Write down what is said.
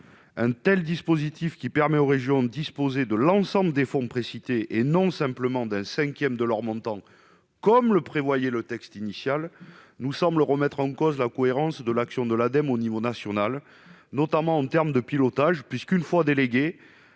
Un tel dispositif, qui permet aux régions de disposer de l'ensemble des fonds précités, et non simplement d'un cinquième de leurs montants comme le prévoyait le texte initial, nous semble remettre en cause la cohérence de l'action de l'Ademe à l'échelon national, notamment en termes de pilotage. En effet, une fois qu'elle